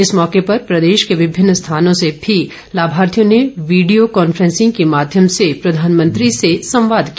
इस मौके प्रदेश के विभिन्न स्थानों से भी लाभार्थियों ने वीडियो कॉन्फ्रेंसिंग के माध्यम से प्रधानमंत्री से संवाद किया